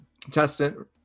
contestant